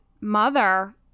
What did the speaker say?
mother